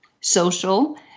social